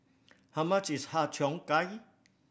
how much is Har Cheong Gai